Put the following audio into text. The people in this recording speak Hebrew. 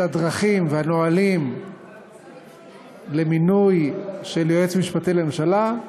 הדרכים והנהלים למינוי של יועץ משפטי לממשלה,